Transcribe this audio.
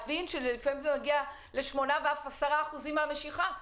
ל-8% ו-10% מהמשיכה.